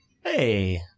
Hey